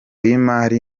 y’imari